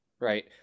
Right